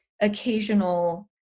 occasional